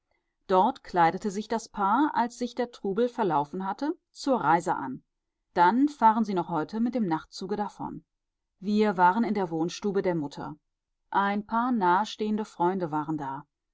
dort kleidete sich das paar als sich der trubel verlaufen hatte zur reise an dann fahren sie noch heute mit dem nachtzuge davon wir waren in der wohnstube der mutter ein paar nahestehende freunde waren da